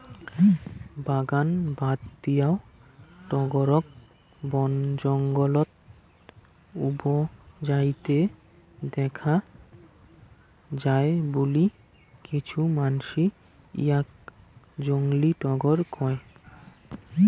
বাগান বাদ দিয়াও টগরক বনজঙ্গলত উবজাইতে দ্যাখ্যা যায় বুলি কিছু মানসি ইয়াক জংলী টগর কয়